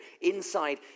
inside